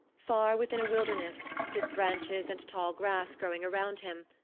far within a wilderness, with branches and tall grass growing around him,